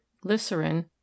glycerin